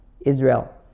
Israel